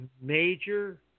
major